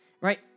right